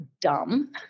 dumb